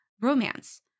romance